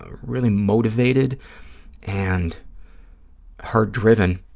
ah really motivated and hard-driven.